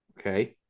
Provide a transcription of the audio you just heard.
okay